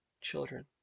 children